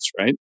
right